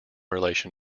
relation